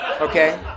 Okay